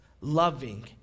loving